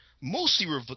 mostly